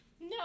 No